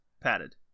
padded